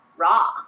raw